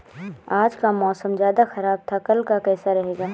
आज का मौसम ज्यादा ख़राब था कल का कैसा रहेगा?